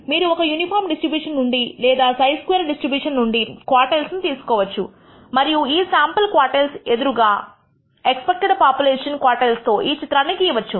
మీరు ఒక uniform distribution నుండి లేదా χ స్క్వేర్డ్ డిస్ట్రిబ్యూషన్ నుండి క్వోర్టైల్స్ తీసుకోవచ్చు మరియు ఈ శాంపుల్ క్వోర్టైల్స్ ఎదురుగా ఎక్స్పెక్టెడ్ పాపులేషన్ క్వోర్టైల్స్ తో ఈ చిత్రాన్ని గీయవచ్చు